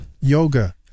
Yoga